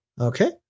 Okay